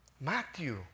Matthew